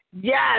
Yes